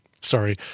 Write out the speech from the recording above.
sorry